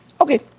Okay